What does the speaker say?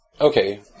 okay